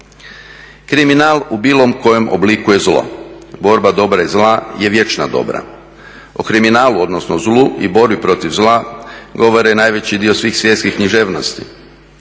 Kriminal u bilo kojem obliku je zlo. Borba dobra i zla je vječna borba. O kriminalnu, odnosno zlu i borbi protiv zla, govore najveći dio svih svjetskih književnosti.